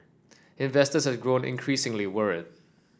investors have grown increasingly worried